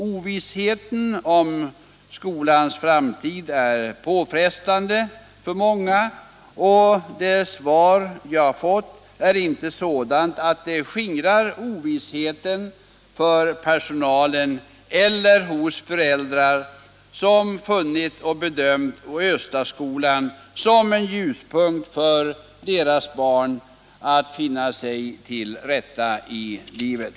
Ovissheten för skolans framtid är påfrestande för många, och det svar jag fått är inte sådant att det skingrar ovissheten hos personalen eller hos föräldrar som funnit Östaskolan vara en ljuspunkt för deras barn när det gäller att finna sig till rätta i livet.